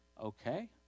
Okay